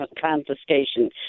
confiscation